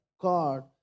God